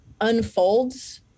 unfolds